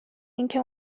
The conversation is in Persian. اینکه